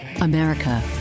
America